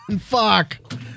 Fuck